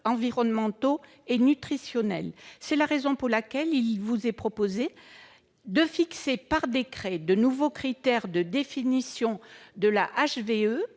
environnementaux et nutritionnels. C'est la raison pour laquelle nous proposons que soient fixés par décret de nouveaux critères de définition de la